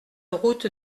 route